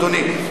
אדוני.